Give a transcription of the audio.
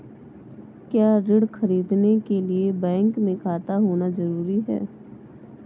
क्या ऋण ख़रीदने के लिए बैंक में खाता होना जरूरी है?